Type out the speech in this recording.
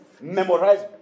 Memorize